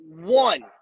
one